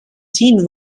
teen